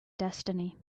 destiny